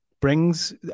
brings